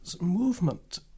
movement